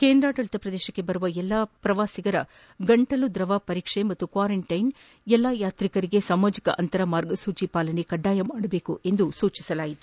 ಕೇಂದ್ರಾಡಳತ ಪ್ರದೇಶಕ್ಕೆ ಬರುವ ಎಲ್ಲಾ ಪ್ರವೇಶಿಗರ ಗಂಟಲುದ್ರವ ಪರೀಕ್ಷೆ ಮತ್ತು ಕ್ವಾರಂಟೈನ್ ಎಲ್ಲಾ ಯಾತ್ರಿಗಳಿಗೆ ಸಾಮಾಜಿಕ ಅಂತರ ಮಾರ್ಗಸೂಚಿ ಪಾಲನೆ ಕಡ್ವಾಯ ಮಾಡಬೇಕು ಎಂದು ಸೂಚಿಸಿದರು